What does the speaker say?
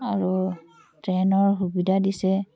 আৰু ট্ৰে'নৰ সুবিধা দিছে